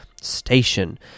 station